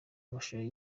amashusho